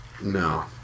No